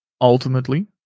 ultimately